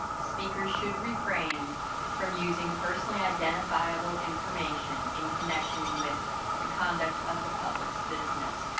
speakers should refrain from using personally identifiable information in connection with the conduct of the public's business.